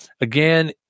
again